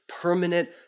permanent